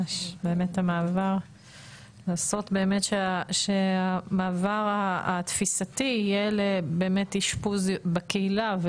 באמת לעשות שהמעבר התפיסתי יהיה באמת לאשפוז בקהילה,